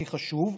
הכי חשוב.